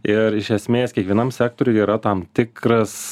ir iš esmės kiekvienam sektoriuj yra tam tikras